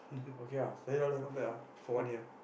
okay lah five dollar not bad ah for one year